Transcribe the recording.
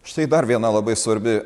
štai dar viena labai svarbi